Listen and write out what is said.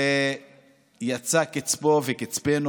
יצא קצפו וקצפנו